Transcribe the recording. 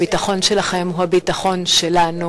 הביטחון שלכם הוא הביטחון שלנו.